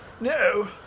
No